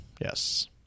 Yes